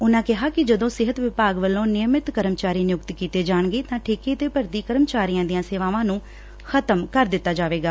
ਉਨ੍ਹਾ ਕਿਹਾ ਕਿ ਜਦੋਂ ਸਿਹਤ ਵਿਭਾਗ ਵਲੋਂ ਨਿਯਮਿਤ ਕਰਮਚਾਰੀ ਨਿਯੁਕਤ ਕੀਤੇ ਜਾਣਗੇ ਤਾਂ ਠੇਕੇ ਤੇ ਭਰਤੀ ਕਰਮਚਾਰੀਆਂ ਦੀਆਂ ਸੇਵਾਵਾਂ ਨੂੰ ਖ਼ਤਮ ਕਰ ਦਿੱਤਾ ਜਾਵੇਗਾ